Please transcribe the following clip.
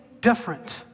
different